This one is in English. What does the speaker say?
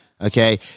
okay